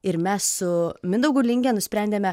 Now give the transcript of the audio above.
ir mes su mindaugu linge nusprendėme